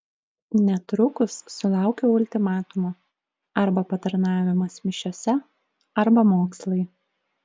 netrukus sulaukiau ultimatumo arba patarnavimas mišiose arba mokslai